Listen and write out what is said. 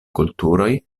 kulturoj